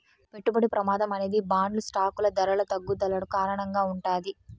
పెట్టుబడి ప్రమాదం అనేది బాండ్లు స్టాకులు ధరల తగ్గుదలకు కారణంగా ఉంటాది